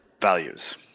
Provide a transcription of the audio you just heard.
values